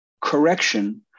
correction